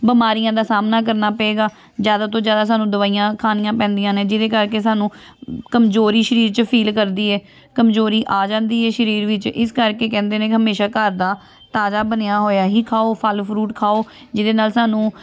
ਬਿਮਾਰੀਆਂ ਦਾ ਸਾਹਮਣਾ ਕਰਨਾ ਪਵੇਗਾ ਜ਼ਿਆਦਾ ਤੋਂ ਜ਼ਿਆਦਾ ਸਾਨੂੰ ਦਵਾਈਆਂ ਖਾਣੀਆਂ ਪੈਂਦੀਆਂ ਨੇ ਜਿਹਦੇ ਕਰਕੇ ਸਾਨੂੰ ਕਮਜ਼ੋਰੀ ਸਰੀਰ 'ਚ ਫੀਲ ਕਰਦੀ ਹੈ ਕਮਜ਼ੋਰੀ ਆ ਜਾਂਦੀ ਹੈ ਸਰੀਰ ਵਿੱਚ ਇਸ ਕਰਕੇ ਕਹਿੰਦੇ ਨੇ ਹਮੇਸ਼ਾ ਘਰ ਦਾ ਤਾਜ਼ਾ ਬਣਿਆ ਹੋਇਆ ਹੀ ਖਾਉ ਫਲ ਫਰੂਟ ਖਾਉ ਜਿਹਦੇ ਨਾਲ ਸਾਨੂੰ